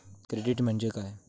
Credit म्हणजे काय?